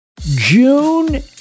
June